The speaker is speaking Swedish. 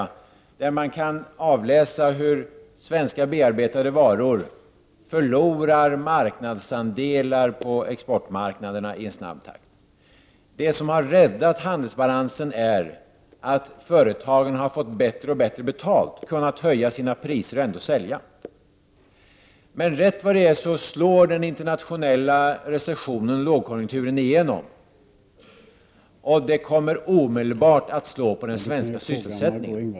I dessa kan man avläsa hur svenska bearbetade varor i snabb takt förlorar marknadsandelar på exportmarknaderna. Det som räddat handelsbalansen är att företagen fått bättre och bättre betalt, kunnat höja sina priser och ändå sälja. Men rätt vad det är slår den internationella recessionen, lågkonjunkturen, igenom, och det kommer omedelbart att slå på den svenska sysselsättningen.